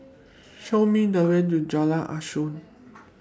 Show Me The Way to Jalan Asuhan